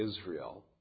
Israel